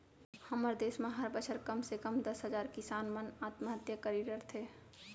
हमर देस म हर बछर कम से कम दस हजार किसान मन आत्महत्या करी डरथे